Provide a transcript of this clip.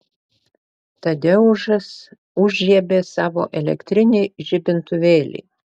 tadeušas užžiebė savo elektrinį žibintuvėlį